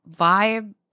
vibe